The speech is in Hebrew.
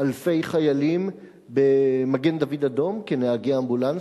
אלפי חיילים במגן-דוד-אדום כנהגי אמבולנסים,